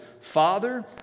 Father